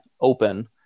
open